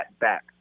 back